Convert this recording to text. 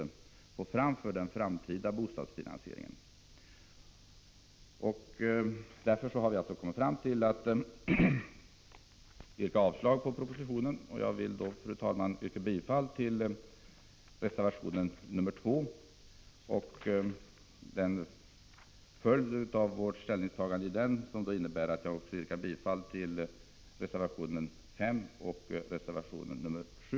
Det jag nu redovisat ligger till grund för vårt yrkande om avslag på propositionen. Fru talman! Jag yrkar bifall till reservationen nr 2. På grundval av vårt ställningstagande i denna reservation yrkar jag bifall även till reservationerna nr 5 och 7.